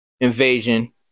invasion